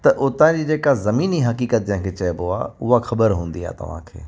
त उतां जी जेका ज़मीनी हक़ीक़त जंहिं खे चइबो आहे उहा ख़बर हूंदी आहे तव्हांखे